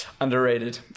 underrated